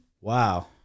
Wow